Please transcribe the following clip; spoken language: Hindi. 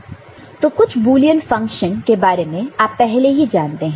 तो कुछ बुलियन फंक्शन के बारे में आप पहले ही जानते हैं